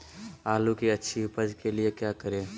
आलू की अच्छी उपज के लिए क्या करें?